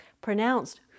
Pronounced